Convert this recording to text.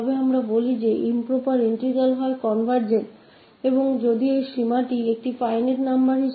फिर हम कहते हैं इन प्रॉपर इंटीग्रल convergent है अगर लिमिट infinite नंबर है तो